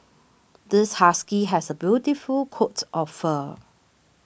this husky has a beautiful coat of fur